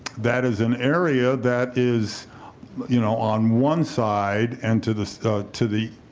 that is an area that is you know, on one side and to this to the